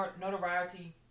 notoriety